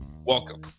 Welcome